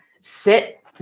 sit